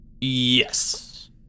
Yes